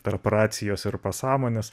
tarp racijos ir pasąmonės